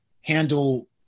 handle